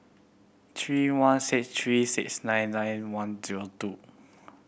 three one six three six nine nine one zero two